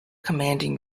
commanding